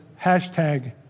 hashtag